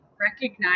recognize